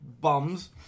bums